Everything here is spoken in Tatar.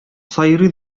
сайрый